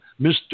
Mr